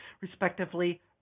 Respectively